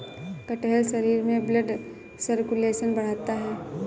कटहल शरीर में ब्लड सर्कुलेशन बढ़ाता है